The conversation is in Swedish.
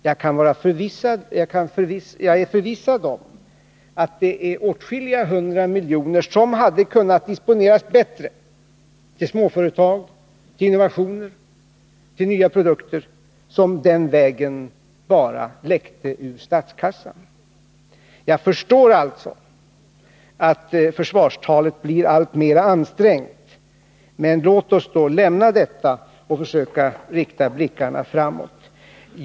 Jag är förvissad om att det är åtskilliga hundra miljoner som hade kunnat disponeras bättre — på småföretag, till innovationer, till nya produkter — som den vägen bara läckte ut ur statskassan. Jag förstår alltså att försvarstalet blir alltmer ansträngt. Men låt oss då lämna detta och försöka rikta blickarna framåt.